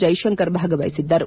ಜೈಶಂಕರ್ ಭಾಗವಹಿಸಿದ್ದರು